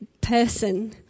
person